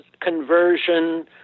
conversion